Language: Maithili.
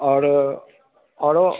आओरो आओरो